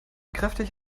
kräftig